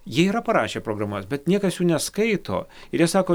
jie yra parašę programas bet niekas jų neskaito ir jie sako į